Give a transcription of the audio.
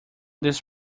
this